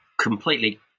completely